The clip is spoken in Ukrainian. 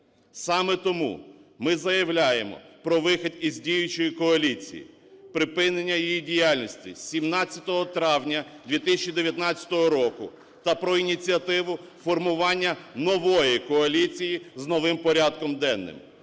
Саме тому ми заявляємо про вихід діючої коаліції, припинення її діяльності 17 травня 2019 року та про ініціативу формування нової коаліції з новим порядком денним.